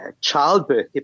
childbirth